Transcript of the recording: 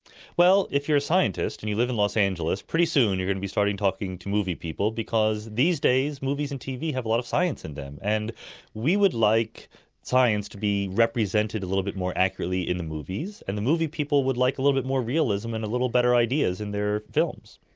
well, if you're a scientist and you live in los angeles, pretty soon you're going to be starting talking to movie people because these days movies and tv have a lot of science in them, and we would like science to be represented a little bit more accurately in the movies, and the movie people would like a little bit more realism and a little better ideas in their films.